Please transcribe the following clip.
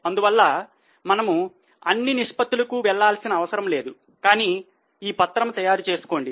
అందువల్ల మనము అన్ని నిష్పత్తుల కు వెళ్లాల్సిన అవసరం లేదు కానీ ఈ పత్రము తయారీ చేసుకోండి